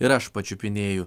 ir aš pačiupinėju